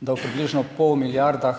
da ob približno pol milijarde